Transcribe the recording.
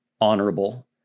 honorable